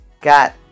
got